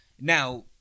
now